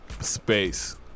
Space